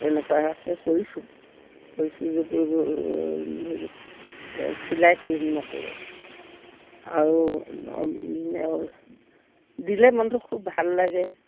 তেনেকুৱাকে কৰিছোঁ কৰিছোঁ যদিও হেৰি চিলাই কৰি নকৰোঁ আৰু দিলে মনটো খুব ভাল লাগে